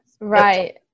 right